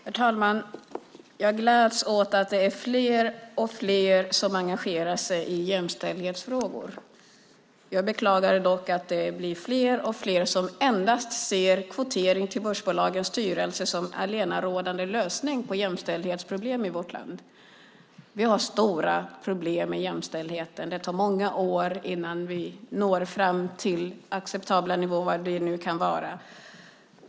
Herr talman! Jag gläds åt att det är fler och fler som engagerar sig i jämställdhetsfrågor. Jag beklagar dock att det blir fler och fler som ser kvotering till börsbolagens styrelser som den enda allenarådande lösningen på jämställdhetsproblemen i vårt land. Vi har stora problem med jämställdheten. Det tar många år innan vi når fram till acceptabla nivåer - vilka de nu kan vara.